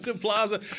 Plaza